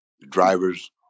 Drivers